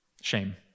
shame